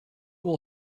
will